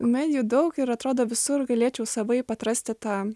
medijų daug ir atrodo visur galėčiau savaip atrasti tą